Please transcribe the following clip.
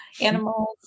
animals